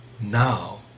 now